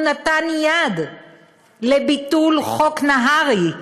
הוא נתן יד לביטול חוק נהרי,